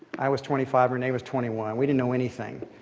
i was twenty five. renee was twenty one. we didn't know anything,